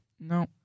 No